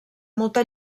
molta